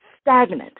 stagnant